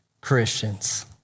Christians